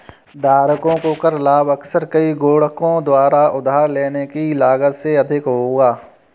धारकों को कर लाभ अक्सर कई गुणकों द्वारा उधार लेने की लागत से अधिक होगा